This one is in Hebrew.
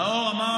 מתי אמרתי?